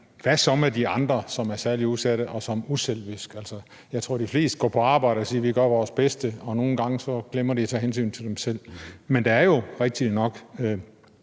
Hvad så med de andre, som er særlig udsatte, og som er uselviske? Jeg tror, at de fleste går på arbejde og siger: Vi gør vores bedste. Og nogle gange glemmer de at tage hensyn til sig selv. Men der er jo rigtigt nok